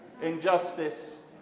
Injustice